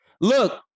look